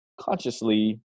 consciously